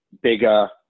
bigger